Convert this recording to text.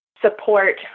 support